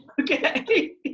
Okay